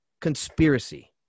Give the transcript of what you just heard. conspiracy